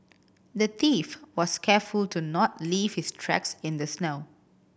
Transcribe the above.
the thief was careful to not leave his tracks in the snow